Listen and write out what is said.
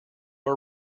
are